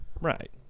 Right